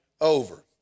over